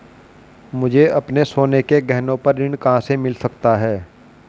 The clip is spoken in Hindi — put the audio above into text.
मुझे अपने सोने के गहनों पर ऋण कहां से मिल सकता है?